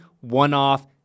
one-off